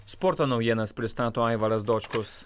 sporto naujienas pristato aivaras dočkus